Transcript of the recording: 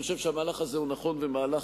אני חושב שהמהלך הזה הוא נכון וטוב.